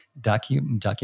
document